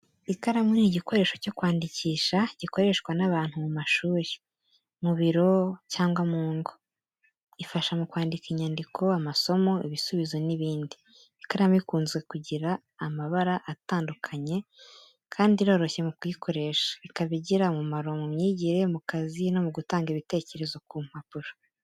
Ikaramu ni igikoresho cyo kwandikisha gikoreshwa n'abantu mu mashuri, mu biro cyangwa mu ngo. Ifasha mu kwandika inyandiko, amasomo, ibisubizo n’ibindi. Ikaramu ikunze kugira amabara atandukanye kandi iroroshye mu kuyikoresha, ikaba igira umumaro mu myigire, mu kazi no mu gutanga ibitekerezo ku mpapuro.